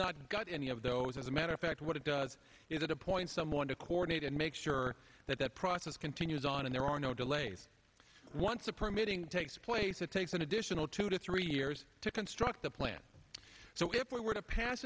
not got any of those as a matter of fact what it does is it appoints someone to coordinate and make sure that that process continues on and there are no delays once the permit ing takes place it takes an additional two to three years to construct the plan so if we were to pass